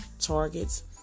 targets